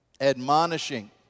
admonishing